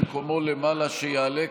מי שמקומו למעלה שיעלה,